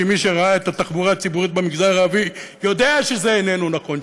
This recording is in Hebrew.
שמי שראה את התחבורה הציבורית במגזר הערבי יודע שזה איננו נכון,